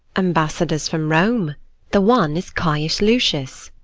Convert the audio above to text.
ambassadors from rome the one is caius lucius.